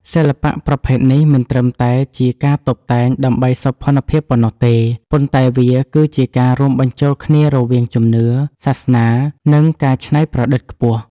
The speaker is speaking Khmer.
សិល្បៈប្រភេទនេះមិនត្រឹមតែជាការតុបតែងដើម្បីសោភ័ណភាពប៉ុណ្ណោះទេ ប៉ុន្តែវាគឺជាការរួមបញ្ចូលគ្នារវាងជំនឿ សាសនា និងការច្នៃប្រឌិតខ្ពស់។